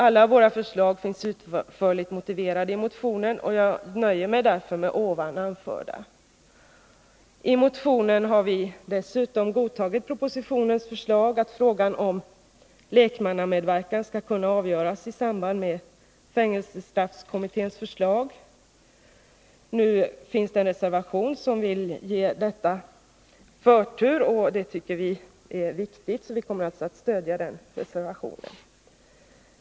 Alla våra förslag finns utförligt motiverade i motionen, och jag nöjer mig därför med det anförda. I motionen har vi dessutom godtagit propositionens förslag om att frågan om lekmannamedverkan skall kunna avgöras i samband med fängelsestraffkommitténs förslag. Det finns en reservation, där man vill ge detta förtur. Det tycker vi är viktigt, och därför kommer vi att stödja reservationen.